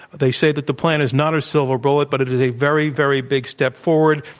they say that the plan is not a silver bullet, but it is a very, very big step forward,